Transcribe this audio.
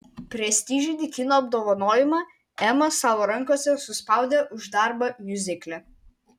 prestižinį kino apdovanojimą ema savo rankose suspaudė už darbą miuzikle